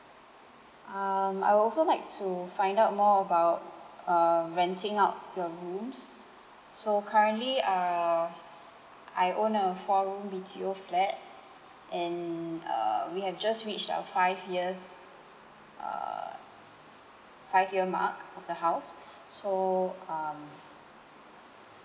um I'd also like to find out more about um renting out the rooms so currently uh I own a four room B_T_O flat and err we have just reached our five years err five year mark of the house so um